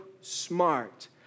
smart